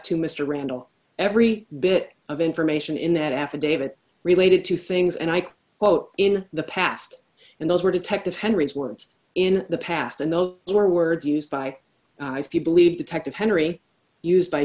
to mr randall every bit of information in that affidavit related to things and i quote in the past and those were detective henry's words in the past and though they were words used by if you believe detective henery used by